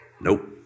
Nope